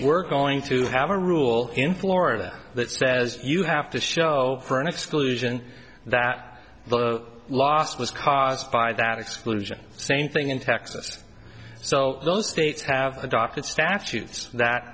we're going to have a rule in florida that says you have to show for an exclusion that the loss was caused by that exclusion same thing in texas so those states have adopted statutes that